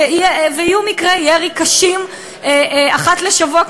ויהיו מקרי ירי קשים אחת לשבוע,